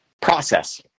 Process